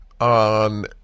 on